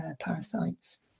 parasites